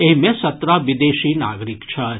एहि मे सत्रह विदेशी नागरिक छथि